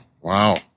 Wow